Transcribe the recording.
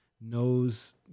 knows